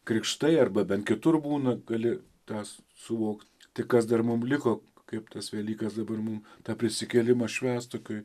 krikštai arba bent kitur būna gali tą suvokt tai kas dar mums liko kaip tas velykas dabar mum tą prisikėlimą švęst tokioj